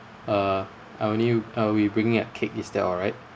uh I only yo~ uh we're bringing a cake is that alright